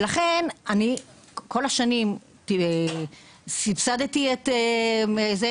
ולכן אני כל השנים סבסדתי את זה.